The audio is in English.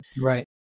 right